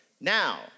now